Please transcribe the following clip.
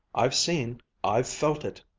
i've seen i've felt it!